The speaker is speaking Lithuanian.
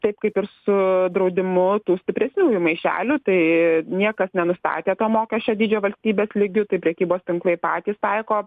taip kaip ir su draudimu tų stipresniųjų maišelių tai niekas nenustatė to mokesčio dydžio valstybės lygiu tai prekybos tinklai patys taiko